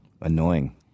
annoying